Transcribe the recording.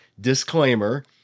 disclaimer